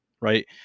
right